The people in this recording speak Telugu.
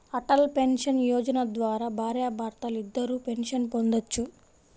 అటల్ పెన్షన్ యోజన ద్వారా భార్యాభర్తలిద్దరూ పెన్షన్ పొందొచ్చు